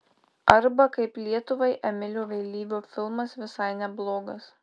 arba kaip lietuvai emilio vėlyvio filmas visai neblogas